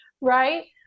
Right